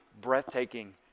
breathtaking